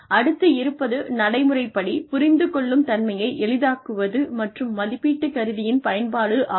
அடுத்து இருப்பது நடைமுறைப்படி புரிந்துகொள்ளும்தன்மையை எளிதாக்குவது மற்றும் மதிப்பீட்டு கருவியின் பயன்பாடு ஆகும்